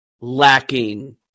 lacking